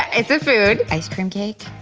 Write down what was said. it's a food. ice cream cake,